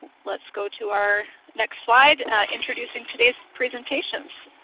let's go to our next slide introducing today's presentations.